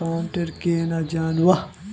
Account केना जाननेहव?